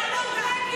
זה לא לעניין.